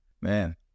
Man